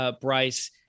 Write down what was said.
Bryce